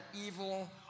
evil